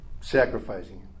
sacrificing